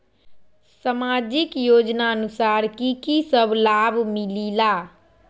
समाजिक योजनानुसार कि कि सब लाब मिलीला?